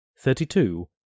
thirty-two